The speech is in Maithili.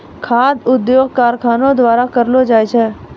खाद्य उद्योग कारखानो द्वारा करलो जाय छै